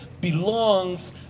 belongs